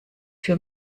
für